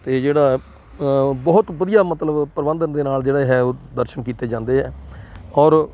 ਅਤੇ ਜਿਹੜਾ ਬਹੁਤ ਵਧੀਆ ਮਤਲਬ ਪ੍ਰਬੰਧਨ ਦੇ ਨਾਲ ਜਿਹੜਾ ਹੈ ਦਰਸ਼ਨ ਕੀਤੇ ਜਾਂਦੇ ਆ ਔਰ